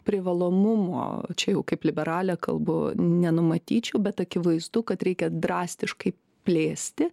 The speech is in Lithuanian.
privalomumo čia kaip liberalė kalbu nenumatyčiau bet akivaizdu kad reikia drastiškai plėsti